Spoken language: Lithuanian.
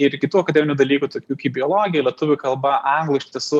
ir kitų akademinių dalykų tokių kaip biologija lietuvių kalba anglų iš tiesų